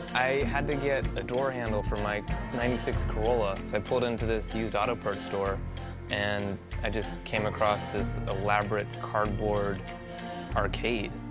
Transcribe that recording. i had to get a door handle for my ninety six corolla, so i pulled into this used auto parts store and i just came across this elaborate cardboard arcade.